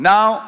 Now